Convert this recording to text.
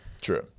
true